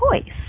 choice